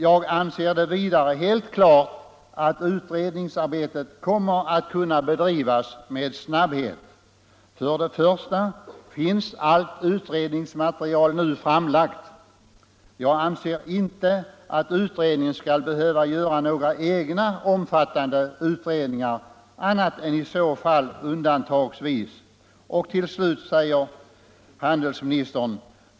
Jag anser det vidare helt klart att utredningsarbetet kommer att kunna bedrivas med snabbhet. För det första finns allt utredningsmaterial nu framtaget — jag anser inte att utredningen skall behöva göra några egna omfattande utredningar annat än i så fall undantagsvis.